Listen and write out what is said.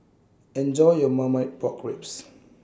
Enjoy your Marmite Pork Ribs